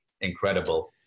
incredible